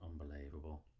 unbelievable